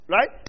Right